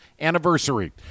anniversary